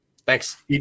Thanks